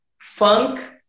funk